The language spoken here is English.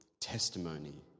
testimony